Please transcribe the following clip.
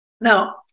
Now